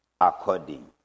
according